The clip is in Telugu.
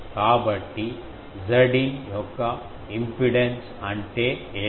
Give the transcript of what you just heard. కాబట్టి Zin యొక్క ఇంపిడెన్స్ అంటే ఏమిటి